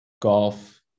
Golf